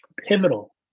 pivotal